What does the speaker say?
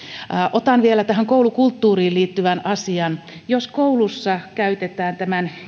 otan vielä tähän koulukulttuuriin liittyvän asian jos koulussa käytetään tämän